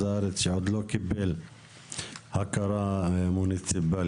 הארץ שעוד לא קיבל הכרה מוניציפאלית.